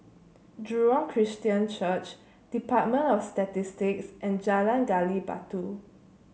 Jurong Christian Church Department of Statistics and Jalan Gali Batu